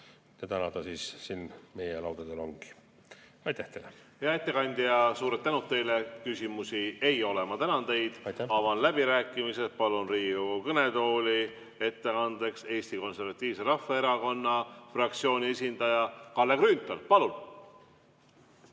täna see siis siin meie laudadel ongi. Aitäh teile! Hea ettekandja, suur tänu teile! Küsimusi ei ole. Ma tänan teid! Avan läbirääkimised. Palun Riigikogu kõnetooli ettekandeks Eesti Konservatiivse Rahvaerakonna fraktsiooni esindaja Kalle Grünthali.